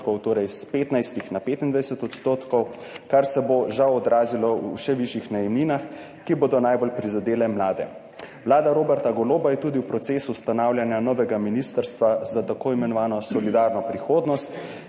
torej s 15 na 25 %, kar se bo žal odrazilo v še višjih najemninah, ki bodo najbolj prizadele mlade. Vlada Roberta Goloba je tudi v procesu ustanavljanja novega ministrstva za tako imenovano solidarno prihodnost,